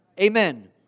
Amen